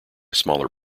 smaller